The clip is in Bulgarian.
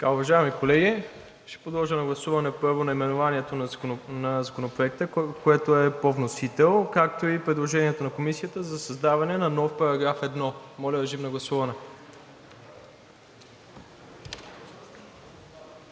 Уважаеми колеги, ще подложа на гласуване първо наименованието на Законопроекта, което е по вносител, както и предложението на Комисията за създаване на нов § 1. Моля, режим на гласуване.